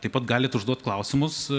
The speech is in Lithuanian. taip pat galit užduot klausimus